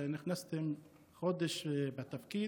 חודש בתפקיד.